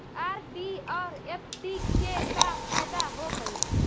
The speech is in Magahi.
आर.डी और एफ.डी के का फायदा होव हई?